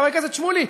חבר הכנסת שמולי,